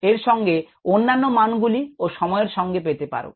এর সঙ্গে অন্যান্য মানগুলি ও সময়ের সঙ্গে পেতে পারো